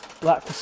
Black